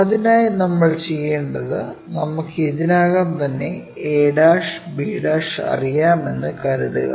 അതിനായി നമ്മൾ ചെയ്യേണ്ടത് നമുക്ക് ഇതിനകം തന്നെ ab അറിയാമെന്ന് കരുതുക